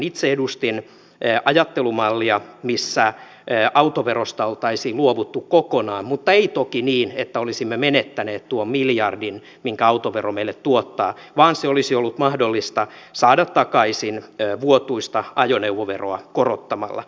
itse edustin ajattelumallia missä autoverosta oltaisiin luovuttu kokonaan mutta ei toki niin että olisimme menettäneet tuon miljardin minkä autovero meille tuottaa vaan se olisi ollut mahdollista saada takaisin vuotuista ajoneuvoveroa korottamalla